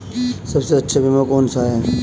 सबसे अच्छा बीमा कौन सा है?